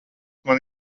man